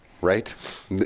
right